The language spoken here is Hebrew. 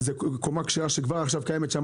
זאת קומה כשרה שכבר עכשיו קיימת שם.